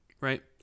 Right